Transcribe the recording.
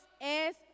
es